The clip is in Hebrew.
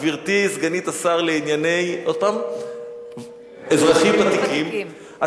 גברתי סגנית השר לענייני אזרחים ותיקים,